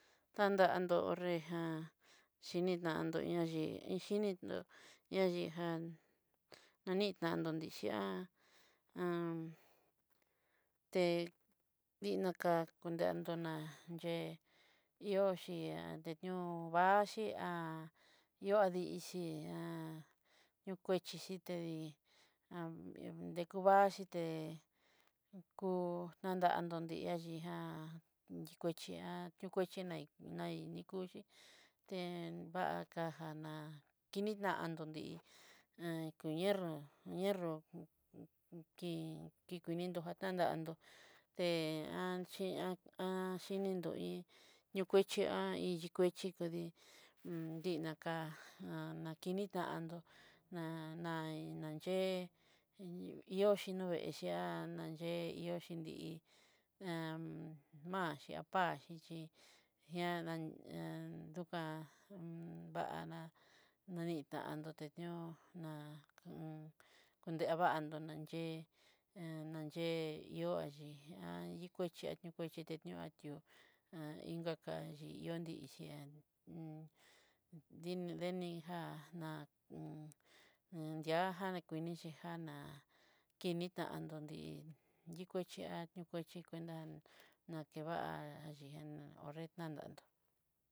Tandató nréja xhinitando ñayii iyinitó nayijan, nanitandó nichi'a e kinaka konreroná yé hioxhi i'ó vaxhi ó dixchí okuatexhite dii e kuvaxhii té kú davaxhité, kudatandó tijaxhijan dikuaxhi'a kukuaxhi nai naidekuché ten vakájana kinidandí nierro nierro ki kikunrido jatanra'nró te hí xhininró iin ñakuaxhi iin takuaxhi iin dika nakinitandó, na- na inaché ihoxhi ñoveexhi nxhé a dioxhi ni i'i axhi xhi chí jean da uká vá'na nanitando teñó ná ndée vandoná chí ananyé ihó ayii iokuaxhi a nriokuaxhi tanio atió kaka yió inxhiá ni'ichián xiño nii inchián, denijá na di'aja dakuni xhija ná kinitandó nrí yikuaxhi a ñokuaxhi cuenta ñakevá'a ho'nré tanandó.